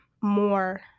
more